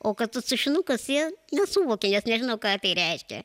o kad tas tušinukas jie nesuvokia nes nežino ką tai reiškia